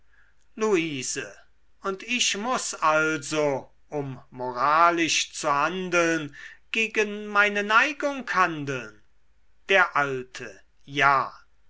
luise und ich muß also um moralisch zu handeln gegen meine neigung handeln der alte ja